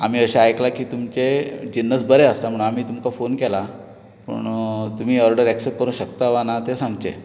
आमी अशें आयकलां की तुमचे जिनस बरे आसता म्हणून आमी तुमकां फोन केला पूण तुमी ऑर्डर एक्सेप्ट करूंक शकता वा ना तें सांगचें